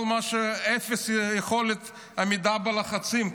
כל מה שאפס יכולת עמידה בלחצים,